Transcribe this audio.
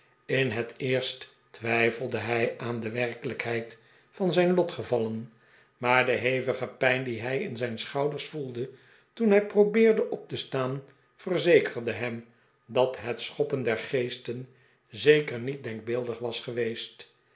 in het eerst twijfelde hij aan de werkelijkheid van zijn lotgevallen maar de hevige pijn die hij in zijn schouders voelde toen hij probeerde op te staan verzekerde hem dat het schoppen der geesten zeker niet denkbeeldig was geweest